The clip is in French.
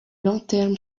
lanterne